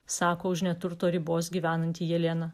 sako už neturto ribos gyvenanti jelena